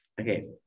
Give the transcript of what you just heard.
Okay